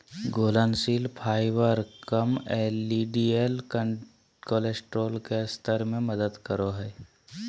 घुलनशील फाइबर कम LDL cholesterol के स्तर में मदद करो हइ